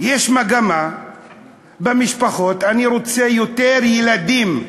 יש מגמה במשפחות: אני רוצה יותר ילדים,